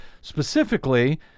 specifically